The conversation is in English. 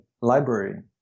library